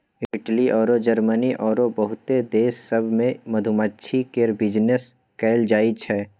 Italy अउर Germany आरो बहुते देश सब मे मधुमाछी केर बिजनेस कएल जाइ छै